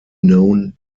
known